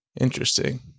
Interesting